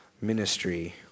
ministry